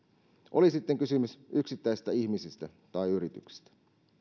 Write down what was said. oli sitten kysymys yksittäisistä ihmisistä tai yrityksistä